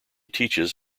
teaches